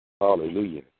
Hallelujah